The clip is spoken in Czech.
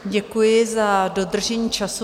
Děkuji za dodržení času.